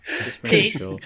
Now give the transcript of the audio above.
Peace